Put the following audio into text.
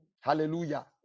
Hallelujah